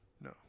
No